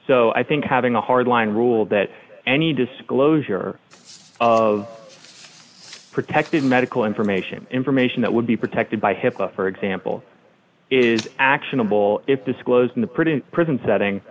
i think having a hardline rule that any disclosure of protected medical information information that would be protected by hipaa for example is actionable if disclosed in the print prison setting